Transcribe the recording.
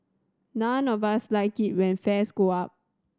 none of us like it when fares go up